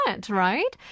right